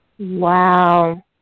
Wow